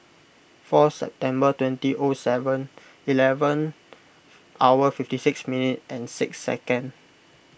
four September twenty O Seven Eleven hour fifty six minutes six seconds